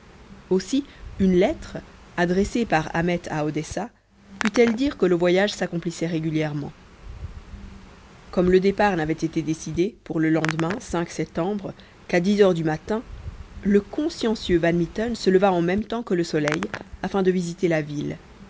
aussi une lettre adressée par ahmet à odessa put-elle dire que le voyage s'accomplissait régulièrement comme le départ n'avait été décidé pour le lendemain septembre qu'à dix heures du matin le consciencieux van mitten se leva en même temps que le soleil afin de visiter la ville